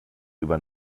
über